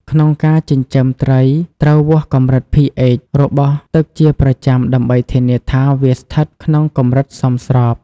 ក្នុងការចិញ្ចឹមត្រីត្រូវវាស់កម្រិត pH របស់ទឹកជាប្រចាំដើម្បីធានាថាវាស្ថិតក្នុងកម្រិតសមស្រប។